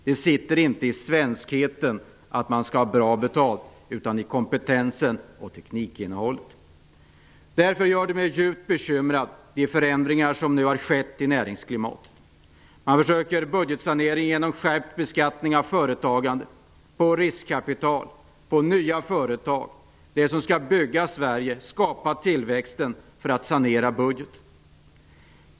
Det sitter inte i svenskheten att ha bra betalt utan i kompetensen och i teknikinnehållet. Därför gör de förändringar som nu skett i näringsklimatet mig djupt bekymrad. Regeringen försöker budgetsanera genom skärpt beskattning på företagandet, på riskkapital, på nya företag, nämligen på det som skall bygga upp Sverige och som skall skapa tillväxten för att sanera budgeten.